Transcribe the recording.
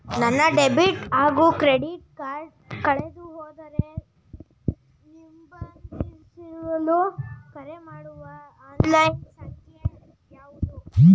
ನನ್ನ ಡೆಬಿಟ್ ಹಾಗೂ credit card ಕಳೆದುಹೋದರೆ ನಿರ್ಬಂಧಿಸಲು ಕರೆಮಾಡುವ ಆನ್ಲೈನ್ ಸಂಖ್ಯೆಯಾವುದು?